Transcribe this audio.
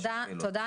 תודה.